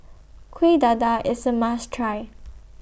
Kuih Dadar IS A must Try